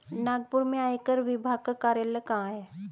नागपुर में आयकर विभाग का कार्यालय कहाँ है?